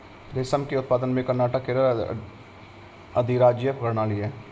रेशम के उत्पादन में कर्नाटक केरल अधिराज्य अग्रणी है